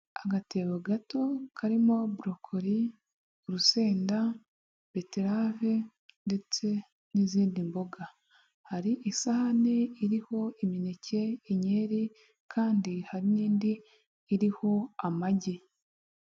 Agatebo gato karimo brocoli, urusenda, beterave ndetse n'izindi mboga. Hari isahane iriho imineke, inyeri kandi hariindi iriho amagi.